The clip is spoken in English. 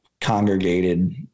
congregated